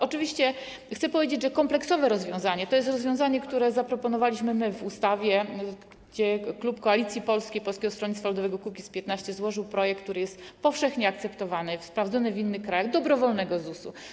Oczywiście chcę powiedzieć, że kompleksowe rozwiązanie to jest rozwiązanie, które zaproponowaliśmy w ustawie, gdzie klub Koalicji Polskiej - Polskiego Stronnictwa Ludowego - Kukiz15 złożył projekt, który jest powszechnie akceptowany, sprawdzony w innych krajach, dobrowolnego ZUS-u.